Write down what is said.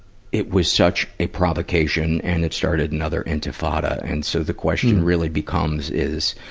it was such a provocation and it started another intifada. and so, the question really becomes is,